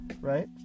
right